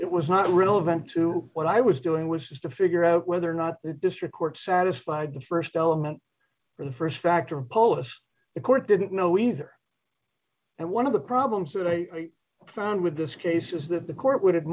it was not relevant to what i was doing was just to figure out whether or not the district court satisfied the st element from the st factor polish the court didn't know either and one of the problems that i found with this case is that the court would